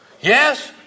Yes